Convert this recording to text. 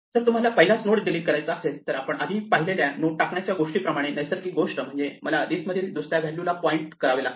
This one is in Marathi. जर तुम्हाला पहिलाच नोड डिलीट करायचा असेल तर आपण आधी पाहिलेल्या नोड टाकण्याच्या गोष्टीप्रमाणे नैसर्गिक गोष्ट म्हणजे मला लिस्ट मधील दुसऱ्या व्हॅल्यू ला पॉईंट करावे लागेल